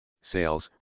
sales